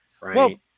right